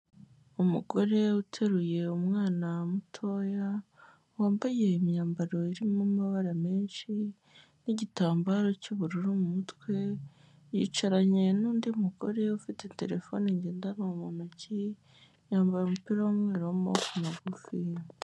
Umugore uteruye umwana mutoya, wambaye imyambaro irimo amabara menshi, n'igitambararo cy'ubururu mu mutwe, yicaranye n'undi mugore ufite terefone ngendanwa mu ntoki, yambaye umupira w'umweru w' amaboko magufiya.